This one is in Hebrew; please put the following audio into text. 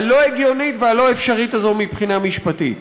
הלא-הגיונית והלא-אפשרית הזאת מבחינה משפטית.